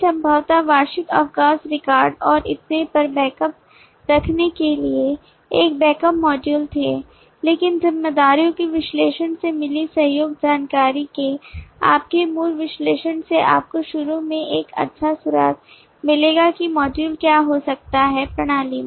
संभवतः वार्षिक अवकाश रिकॉर्ड और इतने पर बैकअप रखने के लिए एक बैकअप मॉड्यूल थे लेकिन जिम्मेदारियों के विश्लेषण से मिली सहयोग जानकारी के आपके मूल विश्लेषण से आपको शुरू में एक अच्छा सुराग मिलेगा कि मॉड्यूल क्या हो सकता है प्रणाली में